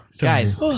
Guys